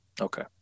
Okay